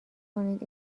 کنید